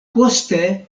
poste